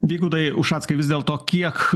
vygaudai ušackai vis dėlto kiek